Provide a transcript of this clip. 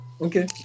okay